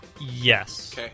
Yes